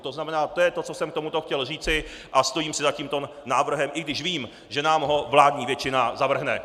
To znamená, to je to, co jsem k tomuto chtěl říci, a stojím si za tímto návrhem, i když vím, že nám ho vládní většina zavrhne.